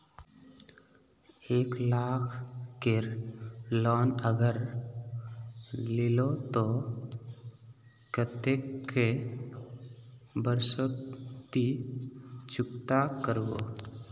एक लाख केर लोन अगर लिलो ते कतेक कै बरश सोत ती चुकता करबो?